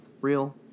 real